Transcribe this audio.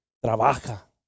Trabaja